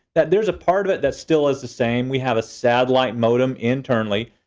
that there's a part of it that still is the same. we have a satellite modem internally.